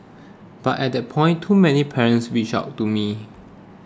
but at that point too many parents reached out to me